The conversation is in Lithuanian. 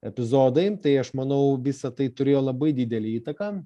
epizodai tai aš manau visa tai turėjo labai didelę įtaką